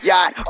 Yacht